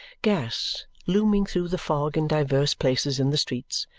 gas looming through the fog in divers places in the streets,